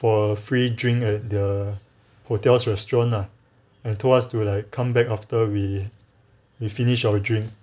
for a free drink at the hotel's restaurant ah and told us to like come back after we we finished our drink